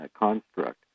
construct